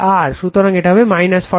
সুতরাং এটা হবে 45°